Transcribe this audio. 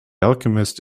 alchemist